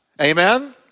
Amen